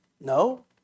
No